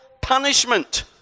punishment